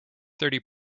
thirty